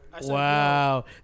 Wow